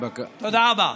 תודה רבה.